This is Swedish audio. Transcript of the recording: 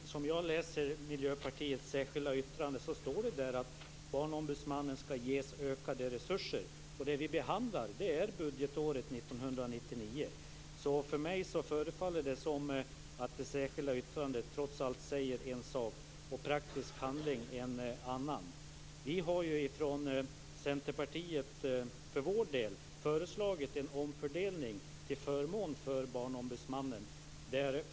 Fru talman! Som jag läser Miljöpartiets särskilda yttrande står det där att Barnombudsmannen skall ges ökade resurser. Men vad vi behandlar är ju budgetåret 1999. Det förefaller mig som om det särskilda yttrandet trots allt säger en sak och praktisk handling en annan. Vi i Centerpartiet har föreslagit en omfördelning till förmån för Barnombudsmannen.